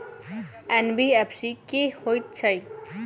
NBFC की हएत छै?